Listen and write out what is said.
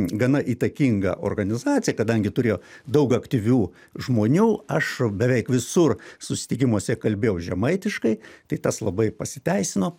gana įtakinga organizacija kadangi turėjo daug aktyvių žmonių aš beveik visur susitikimuose kalbėjau žemaitiškai tai tas labai pasiteisino